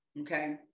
okay